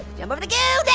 jump over the goo.